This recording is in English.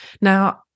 now